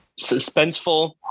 suspenseful